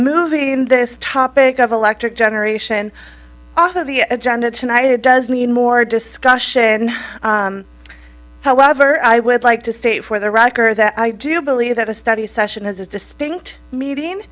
moving this topic of electric generation out of the agenda tonight it does mean more discussion however i would like to state for the record that i do believe that a study session has a distinct meeting